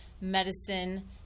medicine